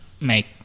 Make